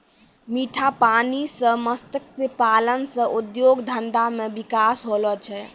मीठा पानी मे मत्स्य पालन से उद्योग धंधा मे बिकास होलो छै